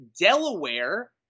Delaware